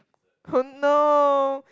orh no